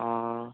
অ'